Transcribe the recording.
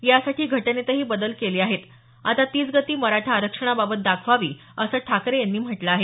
यासाठी घटनेतही बदल केले आहेत आता तीच गती मराठा आरक्षणाबाबत दाखवावी असं ठाकरे यांनी म्हटलं आहे